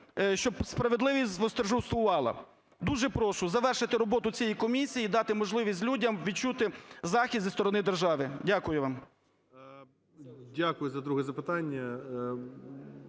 щоб справедливість восторжествовала. Дуже прошу завершити роботу цієї комісії і дати можливість людям відчути захист зі сторони держави. Дякую вам. 11:11:31 ГРОЙСМАН В.Б.